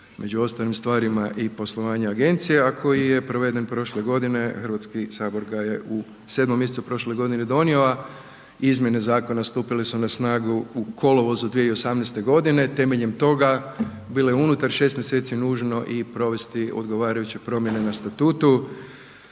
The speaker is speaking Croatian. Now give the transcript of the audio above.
među ostalim stvarima i poslovanje agencija, a koji je proveden prošle godine, Hrvatski sabor ga je u 7. mjesecu prošle godine donio, a izmjene zakona stupile su na snagu u kolovoz 2018. godine. Temeljem toga bilo je unutar 6 mjeseci nužno i provesti odgovarajuće promjene na Statutu,